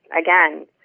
again